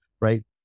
right